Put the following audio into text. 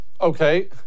Okay